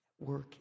work